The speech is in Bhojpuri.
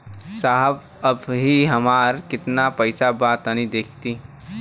साहब अबहीं हमार कितना पइसा बा तनि देखति?